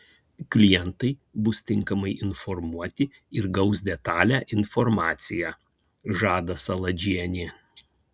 klientai bus tinkamai informuoti ir gaus detalią informaciją žada saladžienė